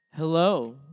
Hello